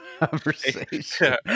conversation